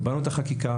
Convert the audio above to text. קיבלנו את החקיקה,